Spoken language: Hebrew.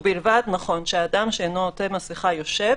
-- נכון, ובלבד שהאדם שאינו עוטה מסיכה יושב.